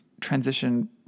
transition